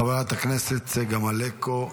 חברת הכנסת צגה מלקו,